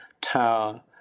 tower